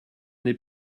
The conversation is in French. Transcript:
n’ai